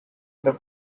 other